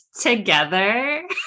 together